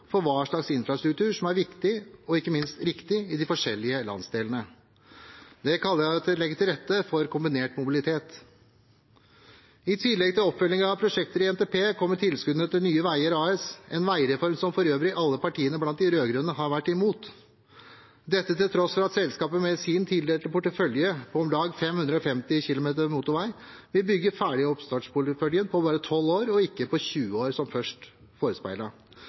viktig, og ikke minst riktig, i de forskjellige landsdelene. Det kaller jeg å legge til rette for kombinert mobilitet. I tillegg til oppfølging av prosjekter i NTP kommer tilskuddene til Nye Veier AS, en veireform som for øvrig alle partiene blant de rød-grønne har vært imot, dette til tross for at selskapet med sin tildelte portefølje på om lag 550 km motorvei vil bygge ferdig oppstartporteføljen på bare 12 år, ikke 20 år som først